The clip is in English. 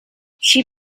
she